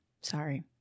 Sorry